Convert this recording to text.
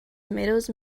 tomatoes